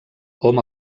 hom